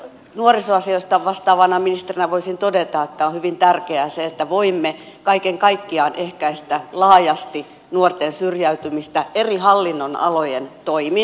nuorisoasioista vastaavana ministerinä voisin todeta että on hyvin tärkeää se että voimme kaiken kaikkiaan ehkäistä laajasti nuorten syrjäytymistä eri hallinnonalojen toimin